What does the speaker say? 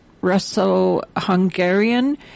Russo-Hungarian